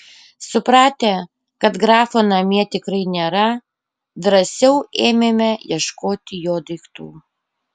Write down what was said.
supratę kad grafo namie tikrai nėra drąsiau ėmėme ieškoti jo daiktų